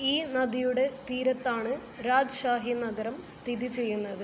ഈ നദിയുടെ തീരത്താണ് രാജ്ഷാഹി നഗരം സ്ഥിതി ചെയ്യുന്നത്